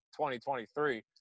2023